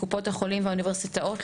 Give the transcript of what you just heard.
קופות החולים והאוניברסיטאות,